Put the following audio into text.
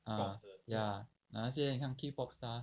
ah ya like 那些你看 K pop star